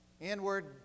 inward